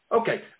Okay